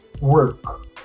work